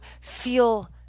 feel